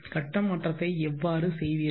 கட்ட மாற்றத்தை எவ்வாறு செய்வீர்கள்